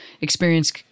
experience